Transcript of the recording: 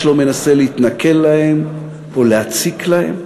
איש לא מנסה להתנכל להם או להציק להם.